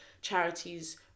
charities